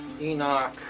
Enoch